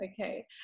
Okay